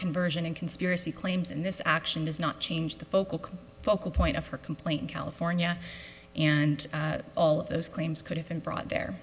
conversion and conspiracy claims in this action does not change the focal focal point of her complaint in california and all of those claims could have been brought their